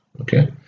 okay